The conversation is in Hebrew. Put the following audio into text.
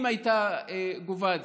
אם הייתה גובה אותה.